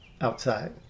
outside